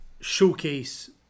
showcase